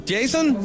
Jason